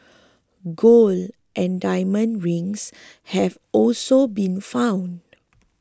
gold and diamond rings have also been found